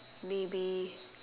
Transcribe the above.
maybe